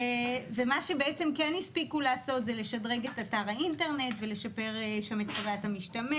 מה שהספיקו לעשות זה לשדרג את אתר האינטרנט ולשפר שם את חוויית המשתמש